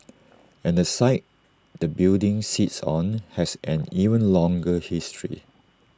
and the site the building sits on has an even longer history